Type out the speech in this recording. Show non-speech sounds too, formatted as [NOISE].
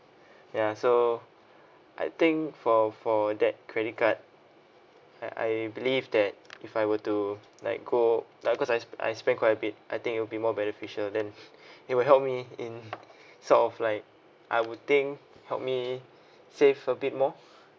ya so I think for for that credit card I I believe that if I were to like go like of course I I spend quite a bit I think it'll be more beneficial then [LAUGHS] it will help me in sort of like I would think help me save a bit more